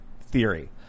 theory